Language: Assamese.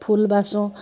ফুল বাচোঁ